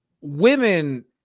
women